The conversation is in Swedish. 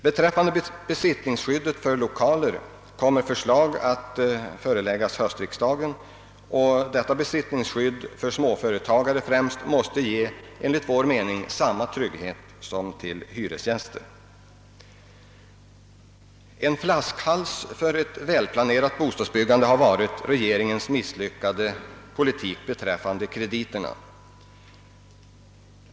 Beträffande besittningsskyddet för 1okaler kommer förslag att föreläggas höstriksdagen. Besittningsskyddet för småföretagare måste enligt vår mening ge samma trygghet som besittningsskyddet för hyresgäster. En flaskhals för ett välplanerat bostadsbyggande har varit regeringens misslyckade politik beträffande krediterna.